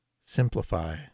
simplify